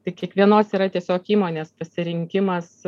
tai kiekvienos yra tiesiog įmonės pasirinkimas